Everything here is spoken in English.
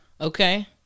Okay